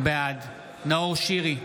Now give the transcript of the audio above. בעד נאור שירי,